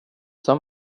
som